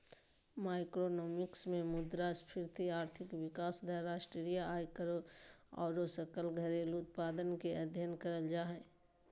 macroeconomics मे मुद्रास्फीति, आर्थिक विकास दर, राष्ट्रीय आय आरो सकल घरेलू उत्पाद के अध्ययन करल जा हय